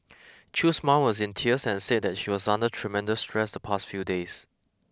Chew's mom was in tears and said that she was under tremendous stress the past few days